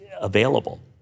available